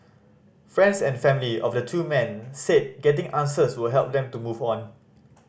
friends and family of the two men said getting answers would help them to move on